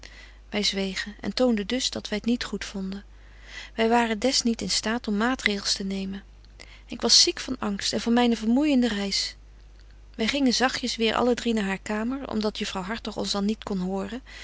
wy zwegen en toonden dus dat wy t niet goed vonden wy waren des niet in staat om maatregels te nemen ik was ziek van angst en van myne vermoeijende reis wy gingen zagtjes weêr alle drie naar haar kamer om dat juffrouw hartog ons dan niet kon horen